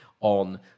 on